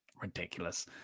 ridiculous